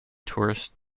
tourist